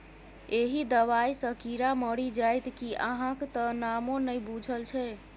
एहि दबाई सँ कीड़ा मरि जाइत कि अहाँक त नामो नहि बुझल छै